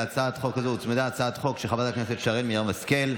להצעת חוק זו הוצמדה הצעת חוק של שרן מרים השכל.